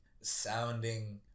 sounding